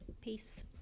Peace